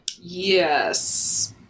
Yes